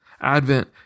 Advent